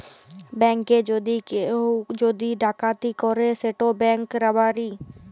ব্যাংকে যদি কেউ যদি ডাকাতি ক্যরে সেট ব্যাংক রাবারি